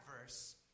verse